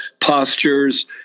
postures